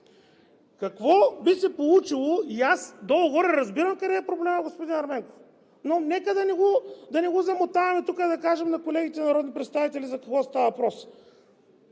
нещо ще Ви кажа. Аз долу-горе разбирам къде е проблемът, господин Ерменков, но нека да не го замотаваме тук и да кажем на колегите народни представители за какво става въпрос.